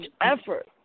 effort